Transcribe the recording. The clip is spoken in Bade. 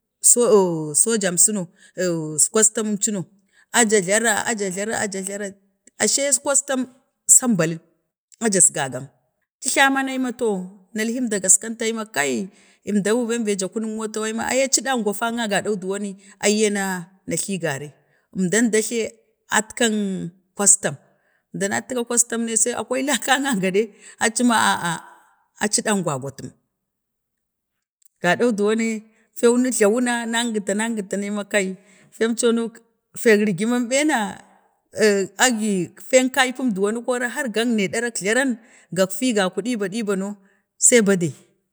so or sojam suno ahh custom cuno aja flara, aja flara aja flara, a shee custom samu balling, a jirgagam, nd gla man ai ma to nalhin jale gaskanta ai maka i əmtan bembe ja kuntk moto ma ai aci dangwa afang na gaɗau dowoni ai ye aiya na jti ii gari əmdan dou ta jle atkana custom əmdanat custom ne sai akwai lakana gaɗei a ci ma aa aci ɗangwagwatem gaɗan dowona nyi glawuna nanggita, nanggita nanima kai femco no feek rigiman ɓena agi feenkai puim korə har gangnai ɗarak glarea, gafi gaku ɗiba, ɗiba no sai badai.